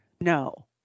No